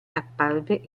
apparve